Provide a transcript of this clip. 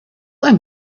ein